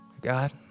God